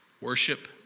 worship